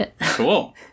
Cool